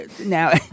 now